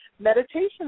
meditation